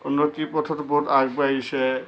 উন্নতিৰ পথত বহুত আগবাঢ়িছে